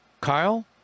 Kyle